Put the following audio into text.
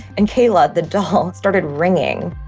and cayla, the doll, started ringing